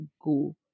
go